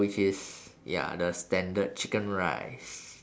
which is ya the standard chicken rice